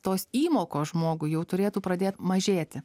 tos įmokos žmogui jau turėtų pradėt mažėti